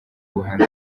ubuhanzi